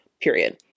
period